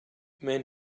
men